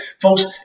Folks